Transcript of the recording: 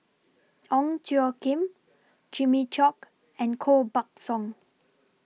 Ong Tjoe Kim Jimmy Chok and Koh Buck Song